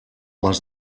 les